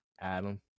Adam